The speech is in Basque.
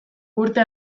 urte